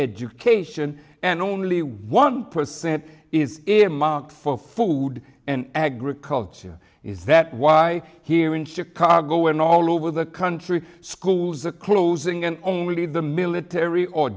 education and only one percent is earmarked for food and agriculture is that why here in chicago and all over the country schools are closing and only the military or